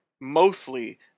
mostly